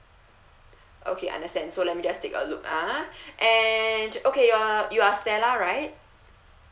okay understand so let me just take a look ah and okay your you are stella right